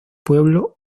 pueblo